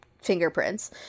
fingerprints